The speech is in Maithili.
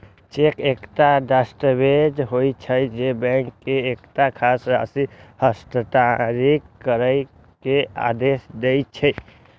चेक एकटा दस्तावेज होइ छै, जे बैंक के एकटा खास राशि हस्तांतरित करै के आदेश दै छै